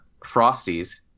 Frosties